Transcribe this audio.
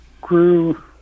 grew